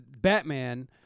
Batman